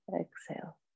Exhale